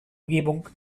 umgebung